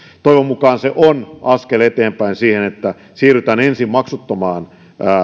toivon mukaan se on askel eteenpäin siihen että siirrytään ensin maksuttomiin